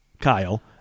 kyle